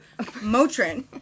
Motrin